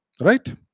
Right